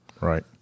Right